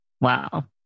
Wow